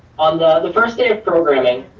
on the first day of programming,